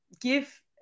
give